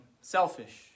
selfish